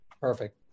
Perfect